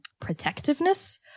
protectiveness